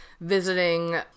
visiting